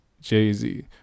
Jay-Z